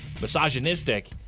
misogynistic